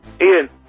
Ian